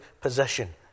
possession